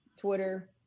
Twitter